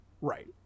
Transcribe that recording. Right